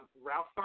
Ralph